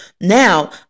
now